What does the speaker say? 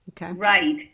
right